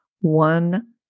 one